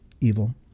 evil